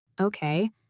Okay